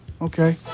okay